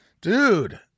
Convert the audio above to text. Dude